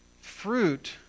Fruit